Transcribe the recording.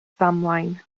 ddamwain